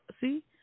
see